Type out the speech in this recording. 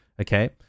Okay